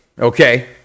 Okay